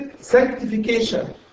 sanctification